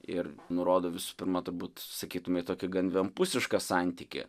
ir nurodo visų pirma turbūt sakytumei tokie gan vienpusišką santykį